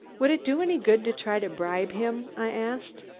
would it do any good to try to bribe him? i asked.